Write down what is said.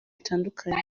bitandukanye